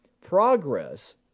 progress